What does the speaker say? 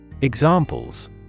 Examples